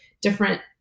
different